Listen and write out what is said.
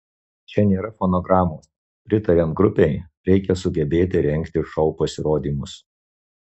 čia nėra fonogramos pritariant grupei reikia sugebėti rengti šou pasirodymus